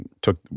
took